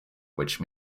which